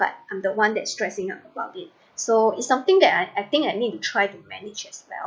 but I'm the one that stressing out about it so is something that I I think I need to try to manage as well